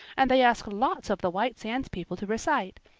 and they ask lots of the white sands people to recite.